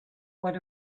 what